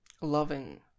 loving